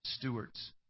stewards